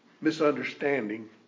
misunderstanding